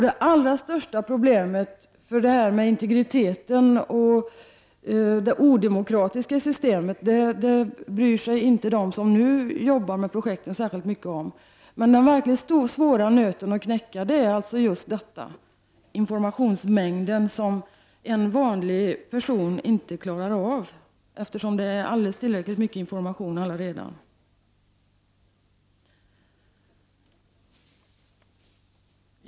Det allra största problemet kring integriteten och det odemokratiska i systemet är något som de som nu arbetar med projekten inte bryr sig särskilt mycket om. Den verkligt svåra nöten att knäcka är alltså informationsmängden. En vanlig person klarar inte av den, eftersom det ges alldeles tillräckligt mycket information allaredan.